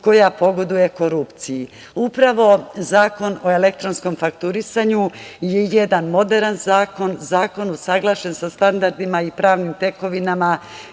koja pogoduje korupciji. Upravo Zakon o elektronskom fakturisanju je jedan moderan zakon, zakon usaglašen sa standardima i pravnim tekovinama